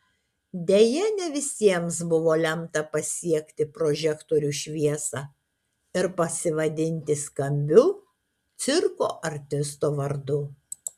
deja ne visiems buvo lemta pasiekti prožektorių šviesą ir pasivadinti skambiu cirko artisto vardu